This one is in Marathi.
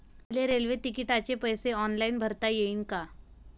मले रेल्वे तिकिटाचे पैसे ऑनलाईन भरता येईन का?